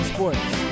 Sports